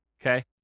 okay